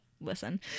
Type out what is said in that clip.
listen